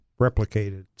replicated